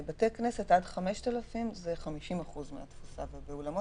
במספר העולה על 5% ממספר המשתתפים באירוע,